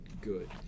good